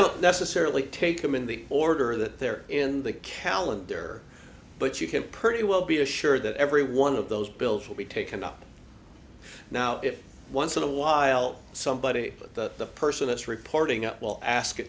don't necessarily take them in the order that they're in the calendar but you can pretty well be assured that every one of those bills will be taken up now if once in a while somebody that the person that's reporting up will ask